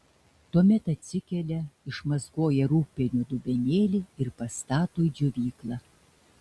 tuomet atsikelia išmazgoja rūgpienio dubenėlį ir pastato į džiovyklą